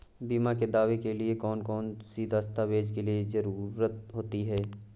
बीमा के दावे के लिए कौन कौन सी दस्तावेजों की जरूरत होती है?